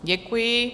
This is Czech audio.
Děkuji.